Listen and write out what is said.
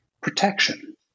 protection